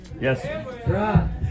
Yes